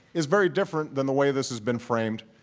is very different than the way this has been framed